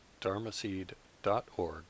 dharmaseed.org